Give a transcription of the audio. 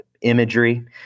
imagery